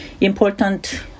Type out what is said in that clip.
important